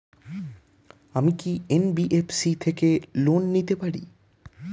আমি কি এন.বি.এফ.সি থেকে লোন নিতে পারি?